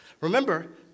Remember